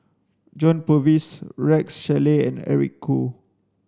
John Purvis Rex Shelley and Eric Khoo